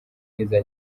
n’iza